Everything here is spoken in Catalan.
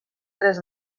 tres